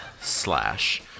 Slash